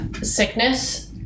sickness